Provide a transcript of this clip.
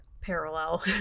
Parallel